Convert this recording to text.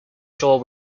sure